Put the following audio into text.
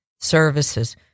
services